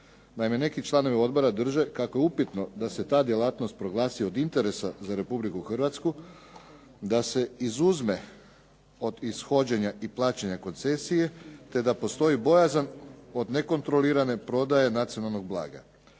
Naime, neki članovi odbora drže kako je upitno da se ta djelatnost proglasi od interesa za Republiku Hrvatsku da se izuzme od ishođenja i plaćanja koncesije, te da postoji bojazan od nekontrolirane prodaje nacionalnog blaga.